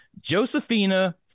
Josephina